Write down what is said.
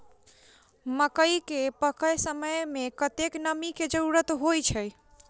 मकई केँ पकै समय मे कतेक नमी केँ जरूरत होइ छै?